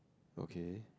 okay